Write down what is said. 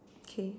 okay